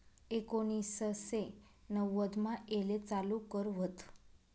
एकोनिससे नव्वदमा येले चालू कर व्हत